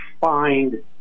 find